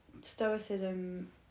stoicism